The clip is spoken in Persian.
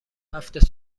هفت